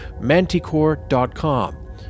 manticore.com